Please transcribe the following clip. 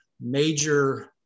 major